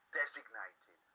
designated